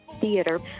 theater